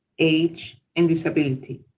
age, and disability.